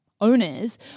owners